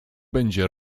będzie